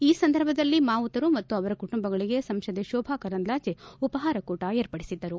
ಈ ಸಂದರ್ಭದಲ್ಲಿ ಮಾವುತರು ಮತ್ತು ಅವರ ಕುಟುಂಬಗಳಿಗೆ ಸಂಸದೆ ಶೋಭಾ ಕರಂದ್ಲಾಜೆ ಉಪಹಾರ ಕೂಟ ವಿರ್ಪಡಿಸಿದ್ದರು